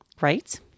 right